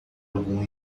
algum